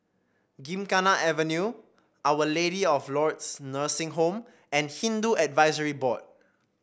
Gymkhana Avenue Our Lady of Lourdes Nursing Home and Hindu Advisory Board